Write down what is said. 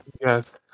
Yes